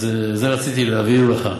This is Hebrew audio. אז את זה רציתי להבהיר לך.